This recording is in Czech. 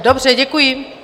Dobře, děkuji.